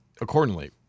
accordingly